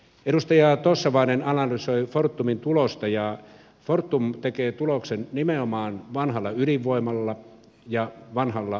edustaja tossavainen analysoi fortumin tulosta ja fortum tekee tuloksen nimenomaan vanhalla ydinvoimalla ja vanhalla vesivoimalla